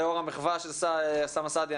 לאור המחווה של אוסאמה סעדי,